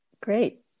great